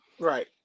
Right